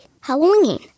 Halloween